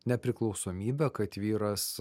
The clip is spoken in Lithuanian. nepriklausomybę kad vyras